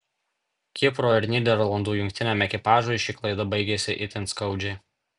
kipro ir nyderlandų jungtiniam ekipažui ši klaida baigėsi itin skaudžiai